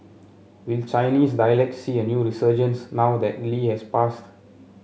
will Chinese dialects see a new resurgence now that Lee has passed